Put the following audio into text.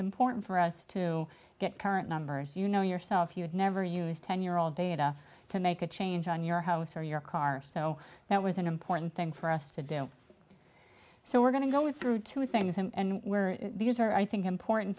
important for us to get current numbers you know yourself you would never use ten year old data to make a change on your house or your car so that was an important thing for us to do so we're going to go through to a famous and these are i think important